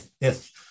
yes